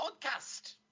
podcast